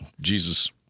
Jesus